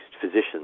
physicians